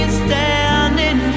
standing